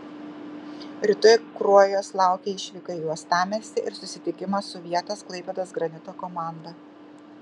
rytoj kruojos laukia išvyka į uostamiestį ir susitikimas su vietos klaipėdos granito komanda